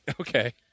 Okay